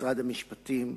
משרד המשפטים,